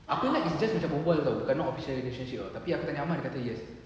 aku ingat dia just macam berbual [tau] but not official relationship tapi aku tanya amar dia kata yes